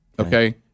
Okay